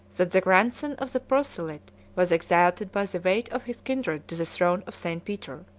that the grandson of the proselyte was exalted by the weight of his kindred to the throne of st. peter.